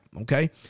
Okay